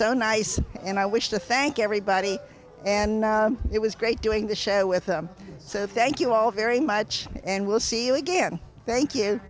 so nice and i wish to thank everybody and it was great doing the show with them so thank you all very much and we'll see you again thank you